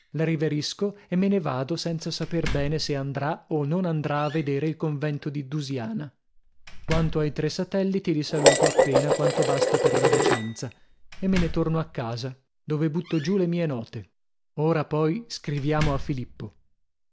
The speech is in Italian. la riverisco e me ne vado senza saper bene se andrà o non andrà a vedere il convento di dasiana quanto ai tre satelliti li saluto appena quanto basta per la decenza e me ne torno a casa dove butto giù le mie note ora poi scriviamo a filippo